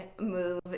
move